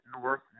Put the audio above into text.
north